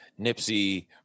Nipsey